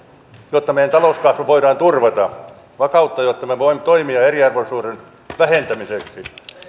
jotta meidän talouskasvumme voidaan turvata vakautta jotta me voimme toimia eriarvoisuuden vähentämiseksi